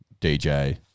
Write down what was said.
DJ